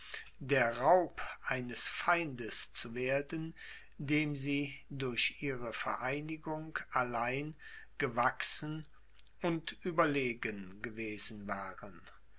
der raub eines feindes zu werden dem sie durch ihre vereinigung allein gewachsen und überlegen gewesen waren